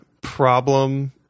problem